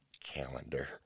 calendar